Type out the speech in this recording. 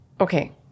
okay